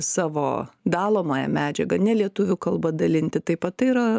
savo dalomąją medžiagą ne lietuvių kalba dalinti taip pat tai yra